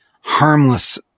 harmless